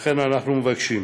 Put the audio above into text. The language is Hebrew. לכן אנחנו מבקשים